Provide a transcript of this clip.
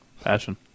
Passion